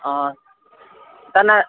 ಹಾಂ ಸರ್ ನಾ